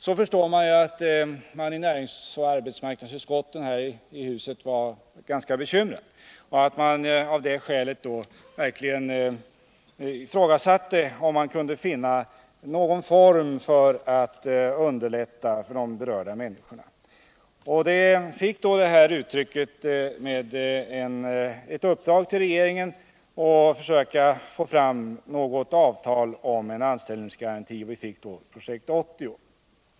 Vi förstår då att man i närings — Varv AB och arbetsmarknadsutskotten här i huset var ganska bekymrad och att man verkligen frågade sig om man kunde finna någon form för att underlätta för de berörda människorna. Detta tog sig uttryck i ett uppdrag till regeringen att försöka få fram något avtal om en anställningsgaranti. Vi fick då Projekt 80.